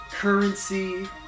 currency